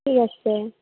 ঠিক আছে